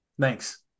Thanks